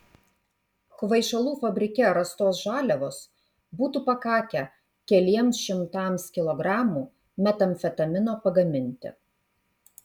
kvaišalų fabrike rastos žaliavos būtų pakakę keliems šimtams kilogramų metamfetamino pagaminti